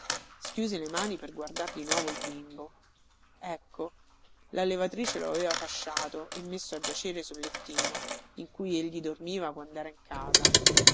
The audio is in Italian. schiuse le mani per guardar di nuovo il bimbo ecco la levatrice lo aveva fasciato e messo a giacere sul lettino in cui egli dormiva quandera in casa